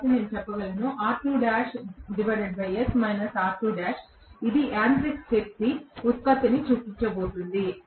కాబట్టి నేను చెప్పగలను R2's R2'ఇది యాంత్రిక శక్తి ఉత్పత్తిని సూచించబోతోంది